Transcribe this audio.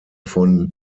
von